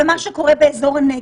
ומה שקורה באזור הנגב,